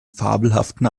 fabelhaften